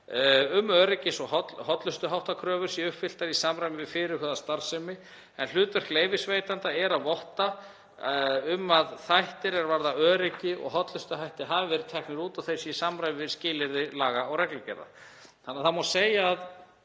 að öryggis- og hollustuháttakröfur séu uppfylltar í samræmi við fyrirhugaða starfsemi en hlutverk leyfisveitanda er að votta um að þættir er varða öryggi og hollustuhætti hafi verið teknir út og þeir séu í samræmi við skilyrði laga og reglugerða. Það má því segja